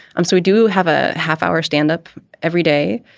um so we do have a half hour standup every day.